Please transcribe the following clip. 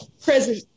Present